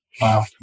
Wow